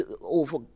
over